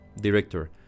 director